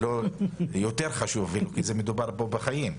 יותר חשוב, אם כי מדובר פה בחיים.